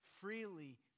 freely